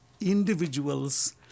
individuals